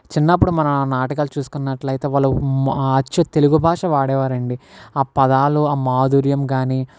చిన్నప్పుడు మన నాటకాలు చూసుకున్నట్టయితే వాళ్ళు అచ్చు తెలుగు భాష వాడేవారండి ఆ పదాలు ఆ మాధుర్యం కానీ